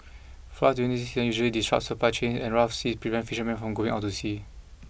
floods during this season usually disrupt supply chains and rough sea prevent fishermen from going out to sea